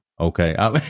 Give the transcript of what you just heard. okay